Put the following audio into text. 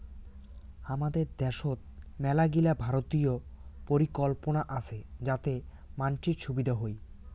হামাদের দ্যাশোত মেলাগিলা ভারতীয় পরিকল্পনা আসে যাতে মানসির সুবিধা হই